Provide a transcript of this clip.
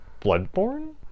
Bloodborne